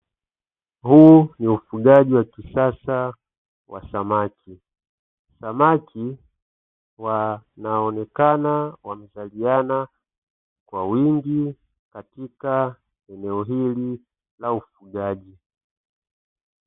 Huu ni ufugaji wa kisasa wa samaki, samaki wanaonekana wamezaliana kwa wingi katika eneo hili la ufugaji.